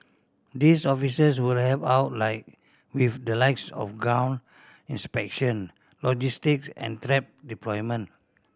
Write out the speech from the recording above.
these officers will help out like with the likes of ground inspection logistics and trap deployment